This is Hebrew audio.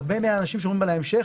הרבה מהאנשים שאומרים בהמשך,